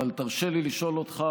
אבל תרשה לי לשאול אותך